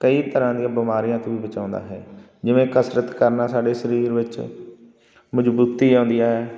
ਕਈ ਤਰ੍ਹਾਂ ਦੀਆਂ ਬਿਮਾਰੀਆਂ ਤੋਂ ਵੀ ਬਚਾਉਂਦਾ ਹੈ ਜਿਵੇਂ ਕਸਰਤ ਕਰਨਾ ਸਾਡੇ ਸਰੀਰ ਵਿੱਚ ਮਜ਼ਬੂਤੀ ਆਉਂਦੀ ਹੈ